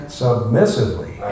submissively